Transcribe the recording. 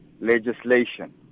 legislation